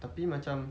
tapi macam